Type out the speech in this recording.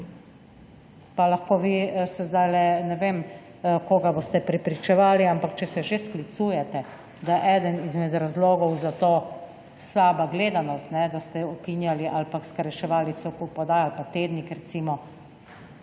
se lahko vi zdajle − ne vem, koga boste prepričevali, ampak če se že sklicujete, da je eden izmed razlogov za to slaba gledanost, da ste ukinjali ali pa skrajševali cel kup oddaj, ali pa Tednik, recimo.